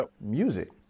music